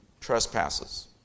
trespasses